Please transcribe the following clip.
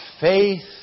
faith